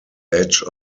edge